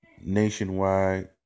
nationwide